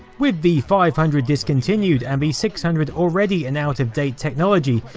with the five hundred discontinued and the six hundred already an out of data technology,